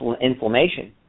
inflammation